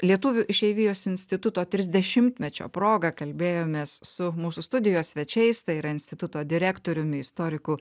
lietuvių išeivijos instituto trisdešimtmečio proga kalbėjomės su mūsų studijos svečiais tai yra instituto direktoriumi istoriku